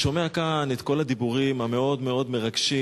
אני שומע כאן את כל הדיבורים המאוד-מאוד מרגשים,